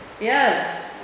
Yes